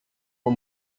for